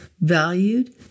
valued